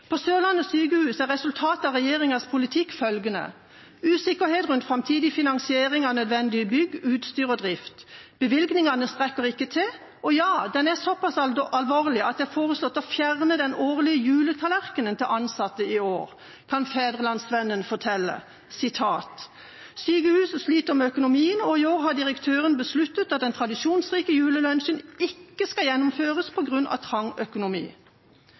På Sørlandet sykehus er resultatet av regjeringas politikk følgende: usikkerhet rundt framtidig finansiering av nødvendige bygg, utstyr og drift. Bevilgningene strekker ikke til. Og den er såpass alvorlig at det er foreslått å fjerne den årlige juletallerkenen til ansatte i år, kan NRK Sørlandet fortelle: «Sykehuset sliter med økonomien, og i år har direktør Jan Roger Olsen besluttet at den tradisjonsrike julelunsjen ikke skal gjennomføres på grunn av trang økonomi.»